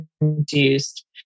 induced